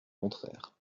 contraire